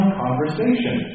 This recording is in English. conversation